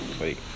wait